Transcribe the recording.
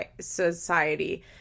society